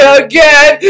again